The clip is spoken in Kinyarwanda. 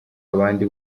abandi